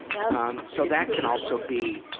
yeah um so that can also be,